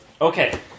Okay